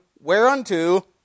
whereunto